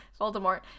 Voldemort